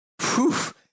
poof